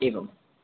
एवम्